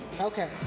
Okay